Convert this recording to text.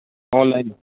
online